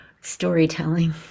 storytelling